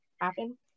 happen